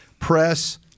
press